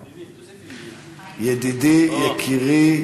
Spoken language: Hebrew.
ידידי, יקירי,